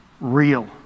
real